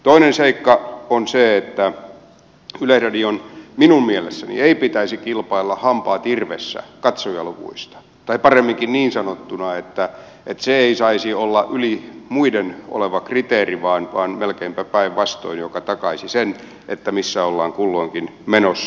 toinen seikka on se että minun mielestäni yleisradion ei pitäisi kilpailla hampaat irvessä katsojaluvuista tai paremminkin niin sanottuna että se ei saisi olla yli muiden oleva kriteeri vaan melkeinpä päinvastoin mikä takaisi sen missä ollaan kulloinkin menossa